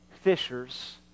fishers